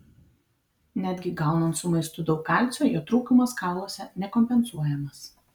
netgi gaunant su maistu daug kalcio jo trūkumas kauluose nekompensuojamas